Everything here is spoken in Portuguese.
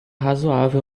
razoável